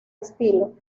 estilo